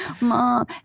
Mom